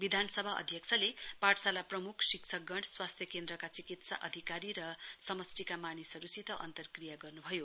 विधानसभा अध्यक्षले पाठशाला प्रमुख शिक्षकगण स्वास्थ्य केन्द्रका चिकित्सा अधिकारी र समष्टिका मानिसहरूसित अन्तकर्या गर्नुभयो